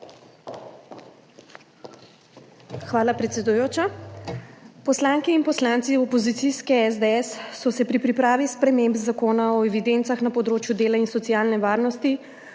Hvala, predsedujoča. Poslanke in poslanci opozicijske SDS so se pri pripravi sprememb Zakona o evidencah na področju dela in socialne varnosti